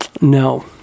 No